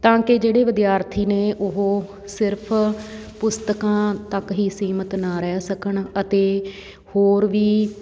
ਤਾਂ ਕਿ ਜਿਹੜੇ ਵਿਦਿਆਰਥੀ ਨੇ ਉਹ ਸਿਰਫ ਪੁਸਤਕਾਂ ਤੱਕ ਹੀ ਸੀਮਤ ਨਾ ਰਹਿ ਸਕਣ ਅਤੇ ਹੋਰ ਵੀ